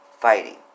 fighting